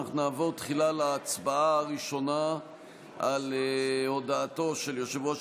אנחנו נעבור תחילה להצבעה הראשונה על הודעתו של יושב-ראש